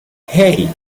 hey